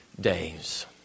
days